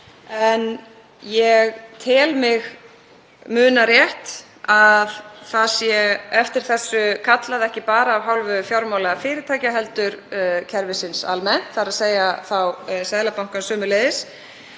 en ég tel mig muna rétt að eftir þessu sé kallað, ekki bara af hálfu fjármálafyrirtækja heldur kerfisins almennt, þ.e. þá Seðlabankans sömuleiðis.